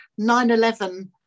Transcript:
9-11